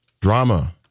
drama